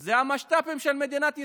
זה המשת"פים של מדינת ישראל,